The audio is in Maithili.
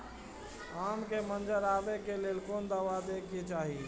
आम के मंजर आबे के लेल कोन दवा दे के चाही?